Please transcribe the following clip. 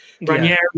Ranieri